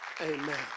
amen